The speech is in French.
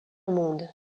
monde